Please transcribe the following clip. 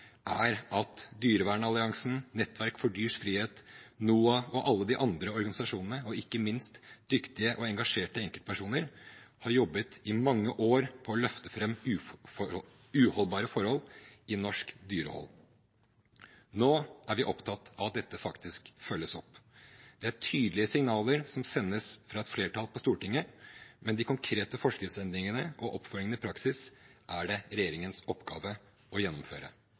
er at Dyrevernalliansen, Nettverk for dyrs frihet, NOAH og alle de andre organisasjonene, og ikke minst dyktige og engasjerte enkeltpersoner, har jobbet i mange år med å løfte fram uholdbare forhold i norsk dyrehold. Nå er vi opptatt av at dette faktisk følges opp. Det er tydelige signaler som sendes fra et flertall på Stortinget, men de konkrete forskriftsendringene og oppfølgingen i praksis er det regjeringens oppgave å gjennomføre.